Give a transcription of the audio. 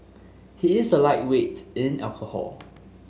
he is a lightweight in alcohol